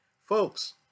Folks